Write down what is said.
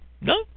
No